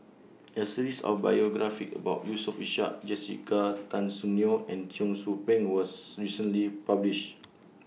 A series of biographies about Yusof Ishak Jessica Tan Soon Neo and Cheong Soo Pieng was recently published